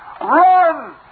Run